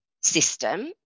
system